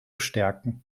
stärken